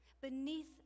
beneath